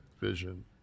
vision